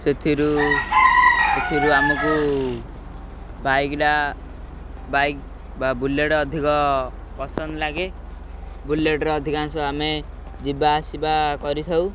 ସେଥିରୁ ସେଥିରୁ ଆମକୁ ବାଇକିଲା ବାଇକ୍ ବା ବୁଲେଟ୍ ଅଧିକ ପସନ୍ଦ ଲାଗେ ବୁଲେଟ୍ର ଅଧିକାଂଶ ଆମେ ଯିବା ଆସିବା କରିଥାଉ